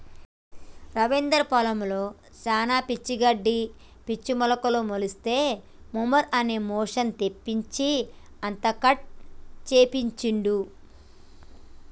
రవీందర్ పొలంలో శానా పిచ్చి గడ్డి పిచ్చి మొక్కలు మొలిస్తే మొవెర్ అనే మెషిన్ తెప్పించి అంతా కట్ చేపించిండు